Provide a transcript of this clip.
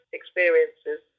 experiences